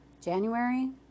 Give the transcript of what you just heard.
January